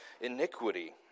iniquity